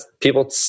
people